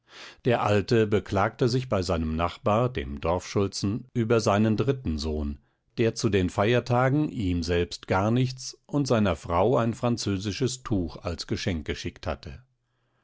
der alte beklagte sich bei seinem nachbar dem dorfschulzen über seinen dritten sohn der zu den feiertagen ihm selbst gar nichts und seiner frau ein französisches tuch als geschenk geschickt hatte